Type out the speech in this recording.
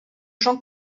jean